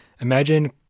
Imagine